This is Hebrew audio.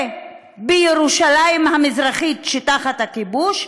ובירושלים המזרחית, שתחת הכיבוש?